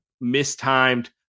mistimed